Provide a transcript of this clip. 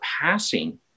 passing